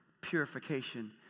purification